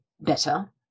better